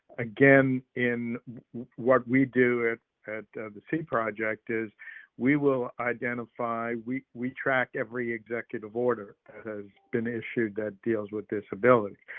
again, in what we do it at the seed project is we will identify, we we track every executive order that has been issued that deals with disability,